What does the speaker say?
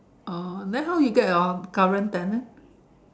oh then how you get your current tenant